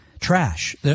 Trash